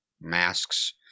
masks